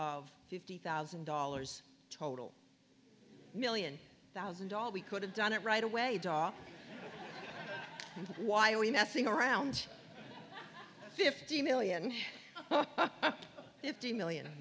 of fifty thousand dollars total million thousand dollars we could have done it right away daw why are we messing around fifty million fifty million